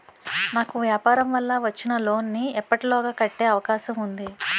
నాకు వ్యాపార వల్ల వచ్చిన లోన్ నీ ఎప్పటిలోగా కట్టే అవకాశం ఉంది?